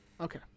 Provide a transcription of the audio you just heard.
Okay